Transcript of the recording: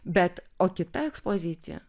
bet o kita ekspozicija